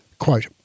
Quote